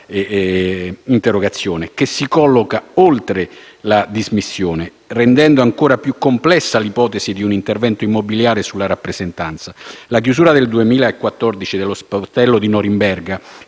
La chiusura nel 2014 dello sportello di Norimberga,